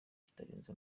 kitarenze